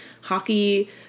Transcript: hockey